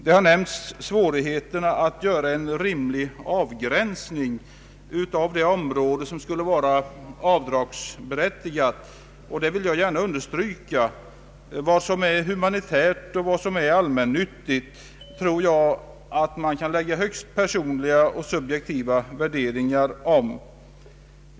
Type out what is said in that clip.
Här har nämnts svårigheten att göra en rimlig avgränsning av det område som skulle vara avdragsberättigat, och den svårigheten är jag väl medveten om. Vad som är humanitärt och vad som är allmännyttigt kan bli föremål för högst personliga och subjektiva värderingar.